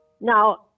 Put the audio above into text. Now